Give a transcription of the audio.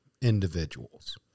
individuals